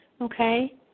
okay